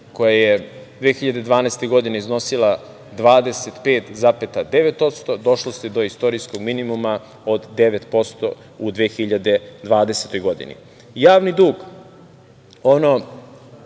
koja je 2012. godine iznosila 25,9% došlo se do istorijskog minimuma od 9% u 2020. godini. Javni dug, ono